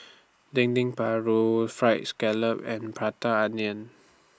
Dendeng Paru Fried Scallop and Prata Onion